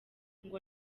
ngo